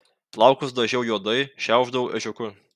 plaukus dažiau juodai šiaušdavau ežiuku